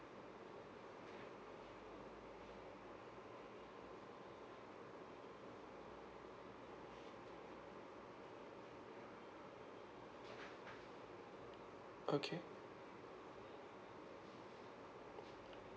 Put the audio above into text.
okay